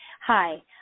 Hi